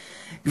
הזדקן.